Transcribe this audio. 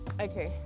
okay